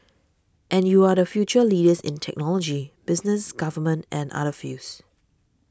and you are the future leaders in technology business government and other fields